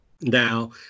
now